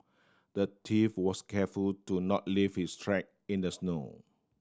the thief was careful to not leave his track in the snow